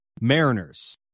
Mariners